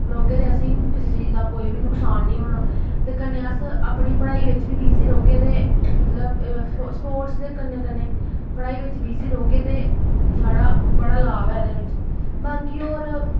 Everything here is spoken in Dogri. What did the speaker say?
रौह्गे ते असेंगी किसै चीज़ै दा नुकसान निं होना ते कन्नै अस अपनी पढ़ाई बिच बी बिज़ी रौह्गे ते मतलब स्पोर्टस दे कन्नै कन्नै पढ़ाई बिच बिज़ी रौह्गे ते साढ़ा बड़ा लाभ ऐ एह्दे बिच बाकी होर